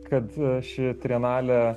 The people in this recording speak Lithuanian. kad ši trienalė